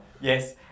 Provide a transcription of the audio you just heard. Yes